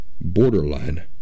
borderline